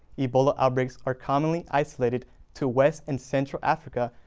ebola outbreaks are commonly isolated to west and central africa,